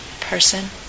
person